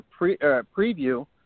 preview